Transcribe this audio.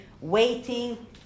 waiting